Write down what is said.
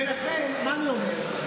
לכן, מה אני אומר?